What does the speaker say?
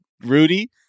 Rudy